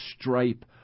stripe